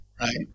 right